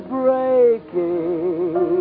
breaking